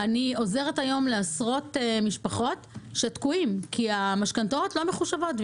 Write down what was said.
אני עוזרת היום לעשרות משפחות שתקועים כי המשכנתאות לא מחושבות.